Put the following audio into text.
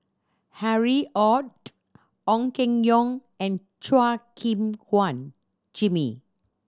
Harry Ord Ong Keng Yong and Chua Gim Guan Jimmy